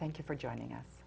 thank you for joining us